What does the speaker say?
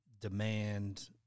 demand